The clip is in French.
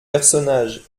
personnages